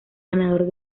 ganador